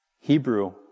Hebrew